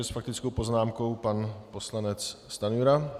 S faktickou poznámkou pan poslanec Stanjura.